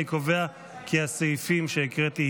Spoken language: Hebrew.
אני קובע כי הסעיפים שהקראתי,